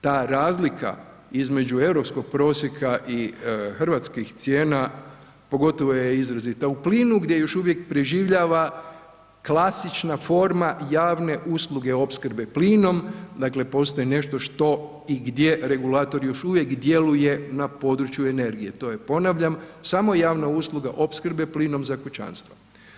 Ta razlika između europskog prosjeka i hrvatskih cijena, pogotovo je izrazita u plinu gdje još uvijek preživljava klasična forma javne usluge opskrbe plinom, dakle postoji nešto što i gdje regulator još uvijek djeluje na području energije, to je ponavljam, samo javna usluga opskrbe plinom za kućanstva.